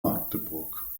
magdeburg